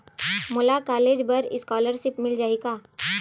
मोला कॉलेज बर स्कालर्शिप मिल जाही का?